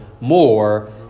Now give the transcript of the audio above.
more